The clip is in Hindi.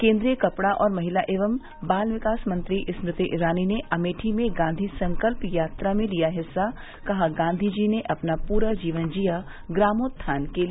केन्द्रीय कपड़ा और महिला एवं बाल विकास मंत्री स्मृति ईरानी ने अमेठी में गांधी संकल्प यात्रा में लिया हिस्साः कहा गांधी जी ने अपना पूरा जीवन जीया ग्रामोत्थान के लिए